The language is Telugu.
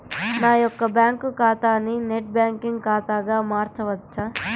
నా యొక్క బ్యాంకు ఖాతాని నెట్ బ్యాంకింగ్ ఖాతాగా మార్చవచ్చా?